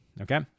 Okay